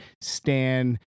Stan